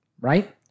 right